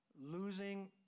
Losing